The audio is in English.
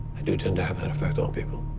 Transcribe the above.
i do tend to have that effect on people.